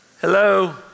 hello